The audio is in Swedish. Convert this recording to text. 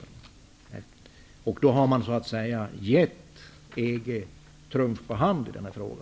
EG har då genom EES-avtalet fått trumf på handen i denna fråga.